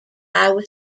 iowa